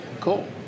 cool